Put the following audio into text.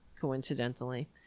coincidentally